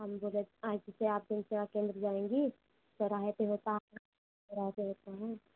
हम जैसे आप केंद्र सेवा केंद्र जाएंगी चौराहे पर होता चौराहे पर होता है